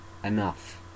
Enough